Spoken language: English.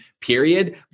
period